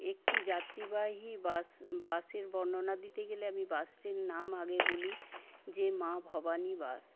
একটি যাত্রীবাহী বাস বাসের বর্ণনা দিতে গেলে আমি বাসটির নাম আগে বলি যে মা ভবানী বাস